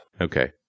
Okay